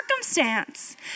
circumstance